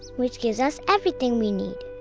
which gives us everything we need.